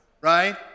Right